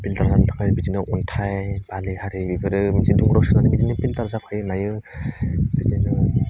filter जानो थाखाय बिदिनो अन्थाइ बालि हारि बेफोरो मोनसे दुंग्रायाव सोनानै बिदिनो फिलथार जाफायो मायो बेदिनो